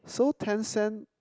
so tencent